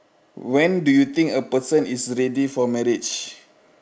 when do you think a person is ready for marriage